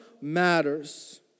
matters